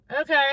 okay